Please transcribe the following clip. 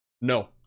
No